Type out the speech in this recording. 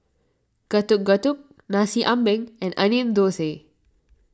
Getuk Getuk Nasi Ambeng and Onion Thosai